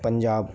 Punjab